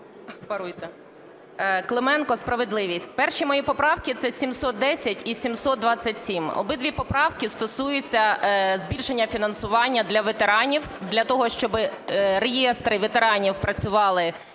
Ю.Л. Клименко, "Справедливість". Перші мої правки – це 710 і 727. Обидві поправки стосуються збільшення фінансування для ветеранів, для того, щоб реєстри ветеранів працювали як